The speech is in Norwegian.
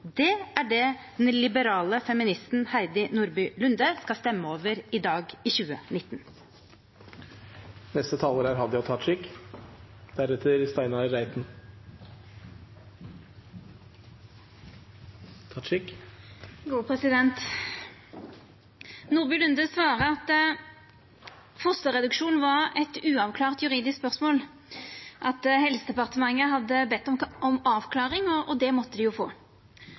Det er det den liberale feministen Heidi Nordby Lunde skal stemme over i dag, i 2019. Representanten Nordby Lunde svarte at fosterreduksjon var eit uavklart juridisk spørsmål – at Helsedepartementet hadde bedt om ei avklaring, og det måtte dei jo få.